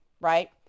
right